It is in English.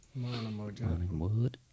Morningwood